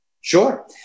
Sure